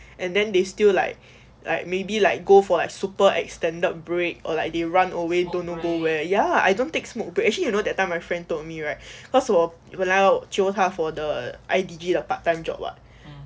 and then they still like like maybe like go for like super extended break or like they run away don't know go where ya I don't take smoke but actually you know that time my friend told me right cause 我本来要 jio 他 for the iDigi 的 part time job [what]